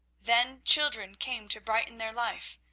then children came to brighten their life,